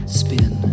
spin